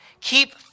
Keep